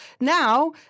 Now